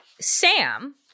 Sam